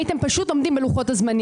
הייתם פשוט עומדים בלוחות-הזמנים.